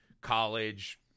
College